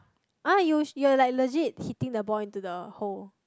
ah you you are like legit hitting the ball into the hole